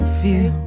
feel